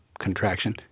contraction